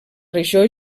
regió